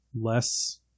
less